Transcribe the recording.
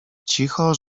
cicho